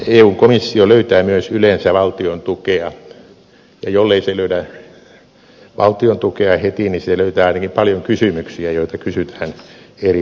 eun komissio löytää myös yleensä valtion tukea ja jollei se löydä valtion tukea heti niin se löytää ainakin paljon kysymyksiä joita kysytään eri vaiheissa